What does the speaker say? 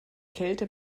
kälte